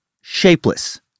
shapeless